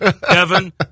Kevin